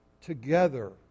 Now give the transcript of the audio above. together